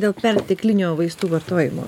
dėl perteklinio vaistų vartojimo